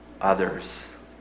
others